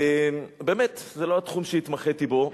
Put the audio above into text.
באמת זה לא התחום שהתמחיתי בו,